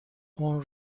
اون